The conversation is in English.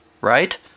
Right